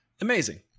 Amazing